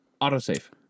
Autosave